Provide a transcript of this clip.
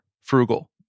Frugal